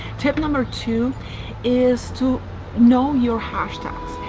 tip number two is to know your hashtags.